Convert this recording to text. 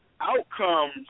outcomes